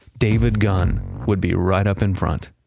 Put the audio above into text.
david gunn would be right up in front